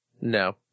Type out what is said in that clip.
No